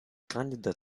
candidate